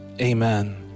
Amen